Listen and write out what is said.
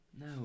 No